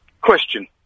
Question